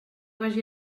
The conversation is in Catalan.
vagi